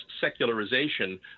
secularization